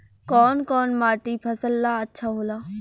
कौन कौनमाटी फसल ला अच्छा होला?